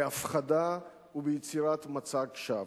בהפחדה וביצירת מצג שווא.